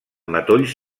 matolls